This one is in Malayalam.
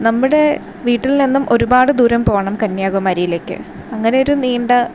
നമ്മുടെ വീട്ടിൽ നിന്നും ഒരുപാട് ദൂരം പോകണം കന്യാകുമാരിയിലേക്ക് അങ്ങനെ ഒരു നീണ്ട